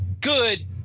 good